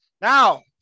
now